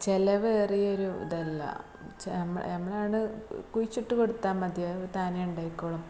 ചെലവേറിയ ഒരു ഇതല്ല നമ്മള് ട് കുഴിച്ചിട്ടു കൊടുത്താല് മതി അവ താനേ ഉണ്ടായിക്കോളും